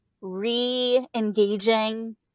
re-engaging